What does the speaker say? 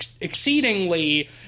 exceedingly